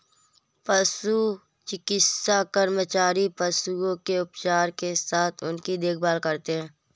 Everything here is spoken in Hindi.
पशु चिकित्सा कर्मचारी पशुओं के उपचार के साथ उनकी देखभाल करते हैं